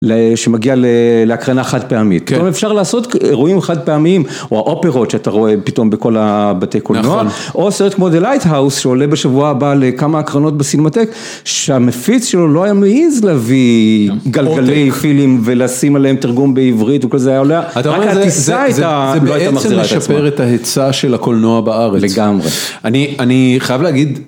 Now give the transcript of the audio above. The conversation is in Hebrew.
שמגיע להקרנה חד פעמית, פתאום אפשר לעשות אירועים חד פעמיים או האופירות שאתה רואה פתאום בכל הבתי קולנוע, או סרט כמו The Lighthouse שעולה בשבוע הבא לכמה הקרנות בסינמטק שהמפיץ שלו לא היה מעיז להביא גלגלי פילים ולשים עליהם תרגום בעברית הוא כזה היה אולי ... רק התיסע הייתה, זה בעצם משפר את ההיצע של הקולנוע בארץ, לגמרי, אני חייב להגיד,